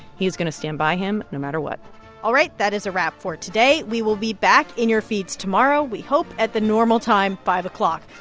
he is going to stand by him no matter what all right, that is a wrap for today. we will be back in your feeds tomorrow, we hope, at the normal time, five o'clock.